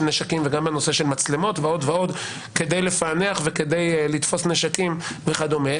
נשקים וגם בנושא של מצלמות ועוד ועוד כדי לפענח וכדי לתפוס נשקים וכדומה.